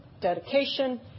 dedication